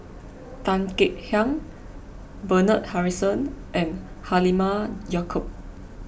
Tan Kek Hiang Bernard Harrison and Halimah Yacob